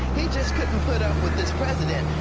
he just couldn't put up with this president.